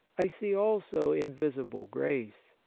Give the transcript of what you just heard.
i see also invisible grace,